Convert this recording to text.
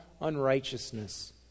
unrighteousness